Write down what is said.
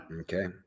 Okay